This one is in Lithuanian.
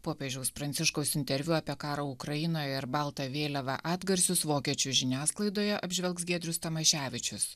popiežiaus pranciškaus interviu apie karą ukrainoje ir baltą vėliavą atgarsius vokiečių žiniasklaidoje apžvelgs giedrius tamaševičius